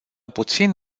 puțin